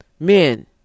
Men